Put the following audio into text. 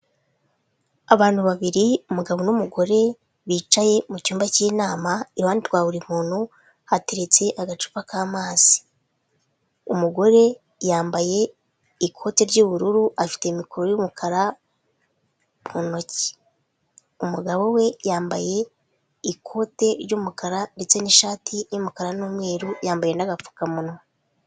Abantu babiri umugabo n'umugore bicaye mu cyumba cy'inama, iruhande rwa buri muntu hateretse agacupa k'amazi. Umugore yambaye ikote ry'ubururu, afite mikoro y'umukara mu ntoki. Umugabo we yambaye ikote ry'umukara ndetse n'ishati y'umukara n'umweru, yambaye n'agapfukamunwa.